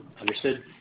Understood